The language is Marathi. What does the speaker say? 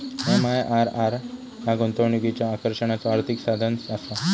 एम.आय.आर.आर ह्या गुंतवणुकीच्या आकर्षणाचा आर्थिक साधनआसा